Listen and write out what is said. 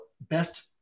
best